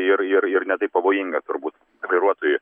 ir ir ne taip pavojinga turbūt vairuotojui